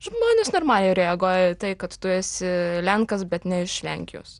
žmonės normaliai reaguoja į tai kad tu esi lenkas bet ne iš lenkijos